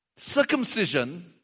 Circumcision